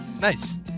Nice